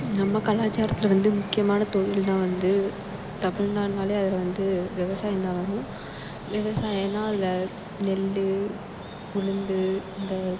நம்ம கலாச்சாரத்தில் வந்து முக்கியமான தொழில்னால் வந்து தமிழ்நாடுன்னாலே அதில் வந்து விவசாயம் தான் வரும் விவசாயோம்னா அதில் நெல் உளுந்து இந்த